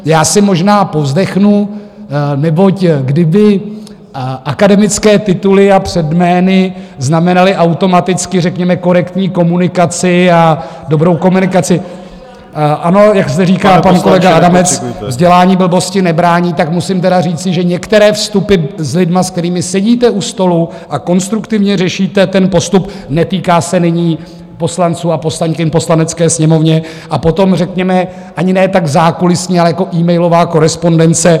Já si možná povzdechnu, neboť kdyby akademické tituly před jmény znamenaly automaticky řekněme korektní komunikaci a dobrou komunikaci Ano, jak zde říká pan kolega Adamec, vzdělání blbosti nebrání, tak musím tedy říci, že některé vstupy s lidmi, se kterými sedíte u stolu a konstruktivně řešíte ten postup netýká se nyní poslanců a poslankyň v Poslanecké sněmovně a potom řekněme ani ne tak zákulisní, ale jako emailová korespondence.